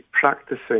practicing